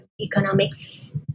economics